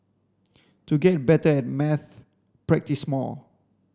to get better at maths practise more